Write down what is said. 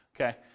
okay